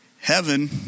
heaven